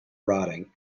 rotting